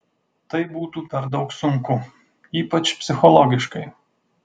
tai būtų per daug sunku ypač psichologiškai